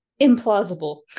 implausible